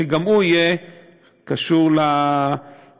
שגם הוא יהיה קשור לאפוטרופוס.